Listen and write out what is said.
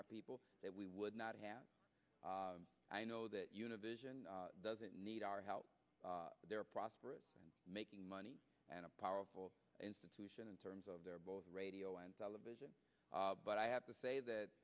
our people that we would not have i know that univision doesn't need our help they were prosperous making money and a powerful institution in terms of their both radio and television but i have to say that